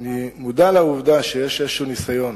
אני מודע לעובדה שיש איזשהו ניסיון